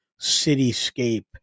cityscape